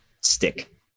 stick